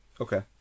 okay